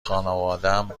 خانوادم